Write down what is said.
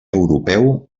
europeu